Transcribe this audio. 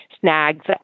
snags